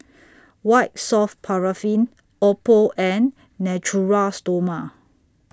White Soft Paraffin Oppo and Natura Stoma